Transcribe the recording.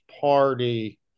party